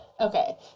Okay